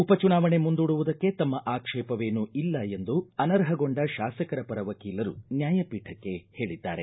ಉಪಚುನಾವಣೆ ಮುಂದೂಡುವುದಕ್ಕೆ ತಮ್ಮ ಆಕ್ಷೇಪವೇನೂ ಇಲ್ಲ ಎಂದು ಅನರ್ಹಗೊಂಡ ಶಾಸಕರ ಪರ ವಕೀಲರು ನ್ಯಾಯಪೀಠಕ್ಕೆ ಹೇಳಿದ್ದಾರೆ